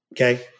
Okay